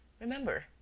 Remember